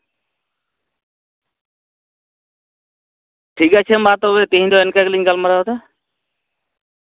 ᱴᱷᱤᱠ ᱟᱪᱷᱮ ᱢᱟ ᱛᱚᱵᱮ ᱛᱤᱦᱤᱧ ᱫᱚ ᱤᱱᱠᱟᱹ ᱜᱮᱞᱤᱧ ᱜᱟᱞᱢᱟᱨᱟᱣᱫᱟ